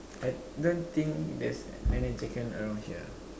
I don't think there's NeNe-chicken around here